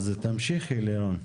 אז תמשיכי לירון.